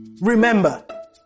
remember